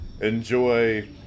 enjoy